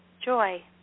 joy